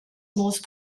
most